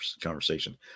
conversation